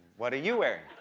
what are you wearing?